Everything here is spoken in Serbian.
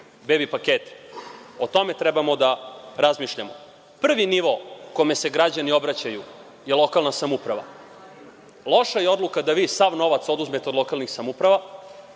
bebi pakete? O tome treba da razmišljamo. Prvi nivo kome se građani obraćaju je lokalna samouprava. Loša je odluka da vi sav novac oduzmete od lokalnih samouprava,